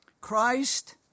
Christ